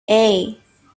hey